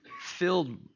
filled